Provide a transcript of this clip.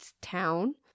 town